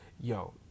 Yo